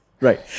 Right